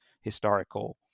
historical